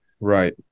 right